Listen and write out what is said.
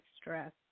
stress